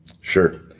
Sure